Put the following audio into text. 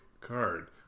card